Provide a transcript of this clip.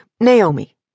Naomi